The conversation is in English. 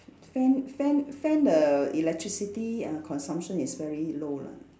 fan fan fan the electricity uh consumption is very low lah